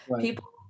People